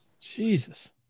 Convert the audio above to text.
Jesus